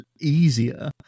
easier